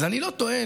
אז אני לא טוען,